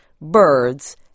birds